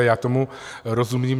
Já tomu rozumím.